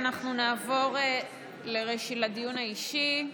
ואנחנו נעבור לדיון האישי.